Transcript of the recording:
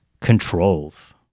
Controls